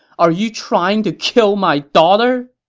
are you trying to kill my daugher!